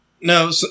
No